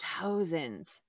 thousands